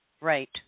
Right